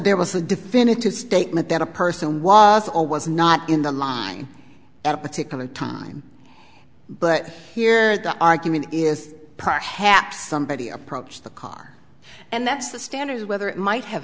there was a definitive statement that a person was or was not in the line at a particular time but here the argument is perhaps somebody approached the car and that's the standard is whether it might have